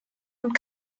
und